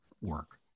work